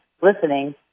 listening